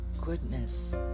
goodness